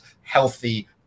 healthy